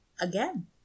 Again